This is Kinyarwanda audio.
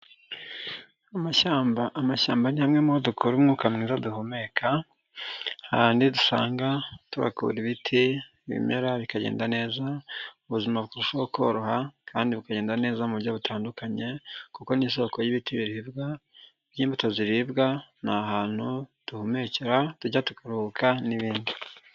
Amashyamba, amashyamba ni hamwe muho dukora umwuka mwiza duhumeka ahandi dusanga tubakura ibiti ibimera bikagenda neza ubuzima burushaho koroha, kandi bukagenda neza mu buryo butandukanye kuko ni isoko y'ibiti biribwa by'imbuto ziribwa, ni ahantu duhumekera tujya tukaruhuka n'ibindi.